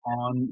on